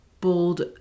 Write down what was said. bold